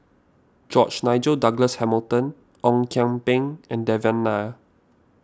George Nigel Douglas Hamilton Ong Kian Peng and Devan Nair